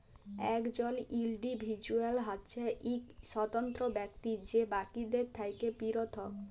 একজল ইল্ডিভিজুয়াল হছে ইক স্বতন্ত্র ব্যক্তি যে বাকিদের থ্যাকে পিরথক